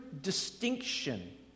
distinction